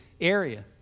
area